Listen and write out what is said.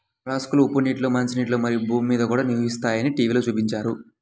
మొలస్క్లు ఉప్పు నీటిలో, మంచినీటిలో, మరియు భూమి మీద కూడా నివసిస్తాయని టీవిలో చూపించారు